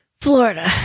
Florida